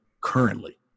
currently